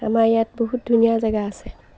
আমাৰ ইয়াত বহুত ধুনীয়া জেগা আছে